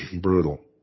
Brutal